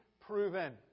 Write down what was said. proven